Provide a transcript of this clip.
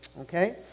Okay